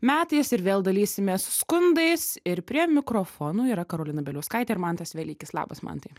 metais ir vėl dalysimės skundais ir prie mikrofonų yra karolina bieliauskaitė ir mantas velykis labas mantai